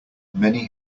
many